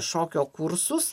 šokio kursus